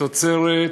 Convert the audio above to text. תוצרת